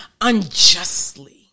Unjustly